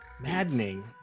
Maddening